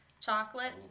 chocolate